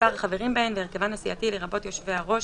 מספר החברים בהן והרכבן הסיעתי, לרבות יושבי הראש,